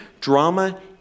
drama